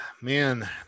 man